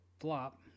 flop